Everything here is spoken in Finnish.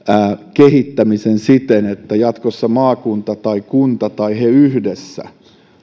kehittämisen siten että jatkossa maakunta tai kunta tai ne yhdessä